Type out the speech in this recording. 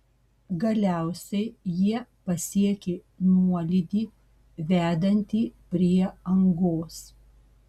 galiausiai jie pasiekė nuolydį vedantį prie angos